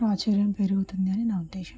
ప్రాచుర్యం పెరుగుతుందని నా ఉద్దేశం